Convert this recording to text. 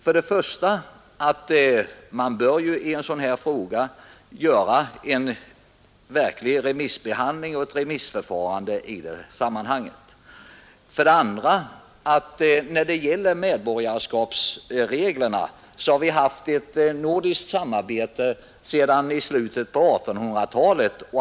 För det första bör en sådan här fråga bli föremål för en grundlig remissbehandling. För det andra har vi i fråga om medborgarskapsreglerna haft ett nordiskt samarbete sedan slutet på 1800-talet.